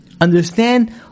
understand